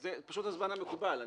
זה פשוט הזמן המקובל.